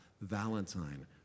valentine